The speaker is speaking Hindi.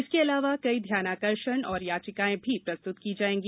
इसके अलावा कई ध्यानाकर्षण और याचिकाएं भी प्रस्तुत की जायेंगी